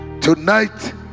Tonight